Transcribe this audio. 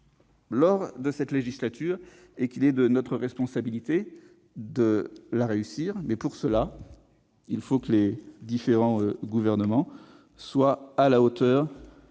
lors de cette législature. Il est de notre responsabilité de la réussir. Pour cela, il faut que les différents gouvernements soient à la hauteur des attentes